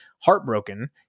Heartbroken